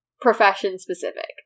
profession-specific